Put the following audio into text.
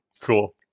Cool